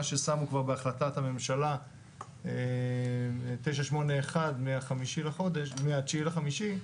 ששמו כבר בהחלטת הממשלה 981 מה-9 במאי,